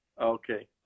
okay